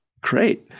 Great